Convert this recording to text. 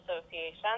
association